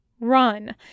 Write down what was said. Run